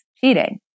cheating